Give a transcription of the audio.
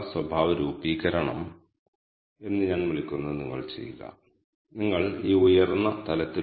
അടിസ്ഥാനപരമായി നിങ്ങൾ ഒരു കെ മീൻസ് അൽഗോരിതം നിർമ്മിക്കുമ്പോൾ അത് നിങ്ങൾക്ക് ഇനിപ്പറയുന്ന വിവരങ്ങൾ നൽകും